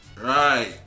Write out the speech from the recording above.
Right